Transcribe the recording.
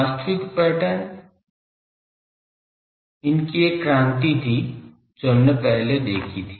वास्तविक पैटर्न इनकी एक क्रांति थी जो हमने देखी थी